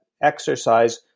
exercise